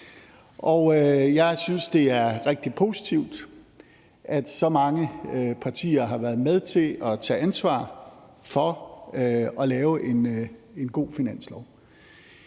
jeg synes, det er rigtig positivt, at så mange partier har været med til at tage ansvar for at lave en god finanslov.